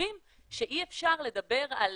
חושבים שאי אפשר לדבר על